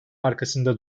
arkasında